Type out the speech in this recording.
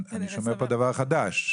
אני שומע פה דבר חדש,